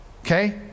okay